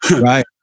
Right